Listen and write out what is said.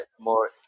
more